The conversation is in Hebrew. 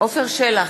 עפר שלח,